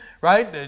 right